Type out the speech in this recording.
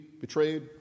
betrayed